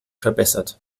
verbessert